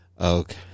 Okay